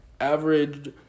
Averaged